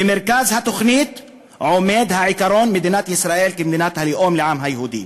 במרכז התוכנית עומד העיקרון "מדינת ישראל כמדינת הלאום לעם היהודי",